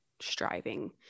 striving